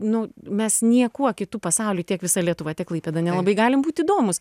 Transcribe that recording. nu mes niekuo kitu pasauliu tiek visa lietuva tiek klaipėda nelabai galim būt įdomūs